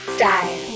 Style